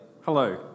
Hello